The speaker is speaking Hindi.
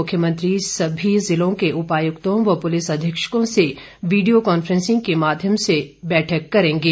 मुख्यमंत्री आज सभी जिलों के उपायुक्तों व पुलिस अधीक्षकों से वीडियो कांफैसिंग के माध्यम से बैठक भी करेंगे